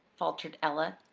faltered ella.